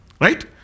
right